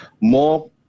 more